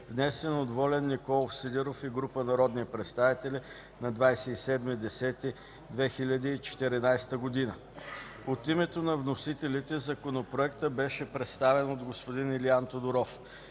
внесен от Волен Николов Сидеров и група народни представители на 27.10.2014 г. От името на вносителите, Законопроектът беше представен от господин Илиан Тодоров.